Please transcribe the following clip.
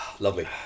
lovely